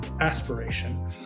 aspiration